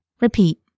repeat